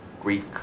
Greek